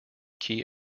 key